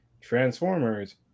transformers